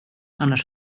annars